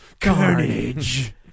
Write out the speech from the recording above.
Carnage